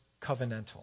covenantal